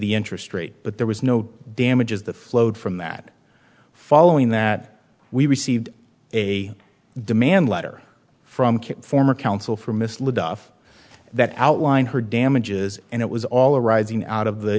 the interest rate but there was no damages that flowed from that following that we received a demand letter from former counsel for miss le duff that outlined her damages and it was all arising out of the